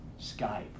Skype